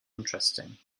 interesting